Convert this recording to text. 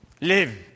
live